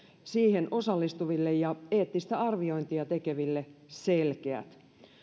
siihen osallistuville ja eettistä arviointia tekeville selkeät